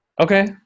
Okay